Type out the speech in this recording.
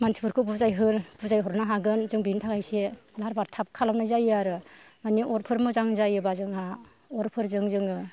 मानसिफोरखौ बुजायहरनो हागोन जों बेनि थाखाय एसे माबार थाब खालामनाय जायो आरो मानि अरफोर मोजां जायोबा जोंहा अरफोरजों जोङो